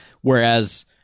Whereas